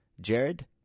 jared